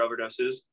overdoses